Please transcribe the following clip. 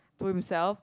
to himself